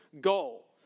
goal